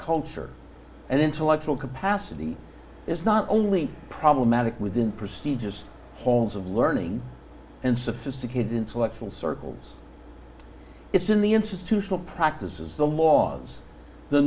culture and intellectual capacity is not only problematic within prestigious homes of learning and sophisticated intellectual circles it's in the institutional practices the laws the